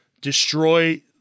destroy